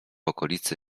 okolicy